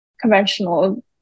conventional